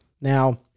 Now